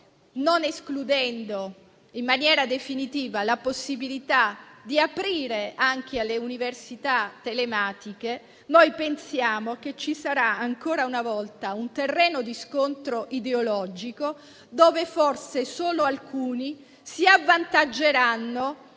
non escludendo in maniera definitiva la possibilità di aprire anche alle università telematiche, pensiamo che ci sarà ancora una volta un terreno di scontro ideologico, in cui forse solo alcuni si avvantaggeranno